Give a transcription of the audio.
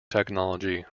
technology